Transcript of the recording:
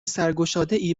سرگشادهای